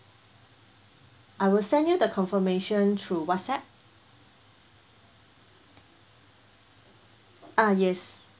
I will send you the confirmation through WhatsApp uh yes